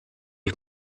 ich